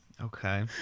Okay